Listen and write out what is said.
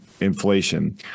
inflation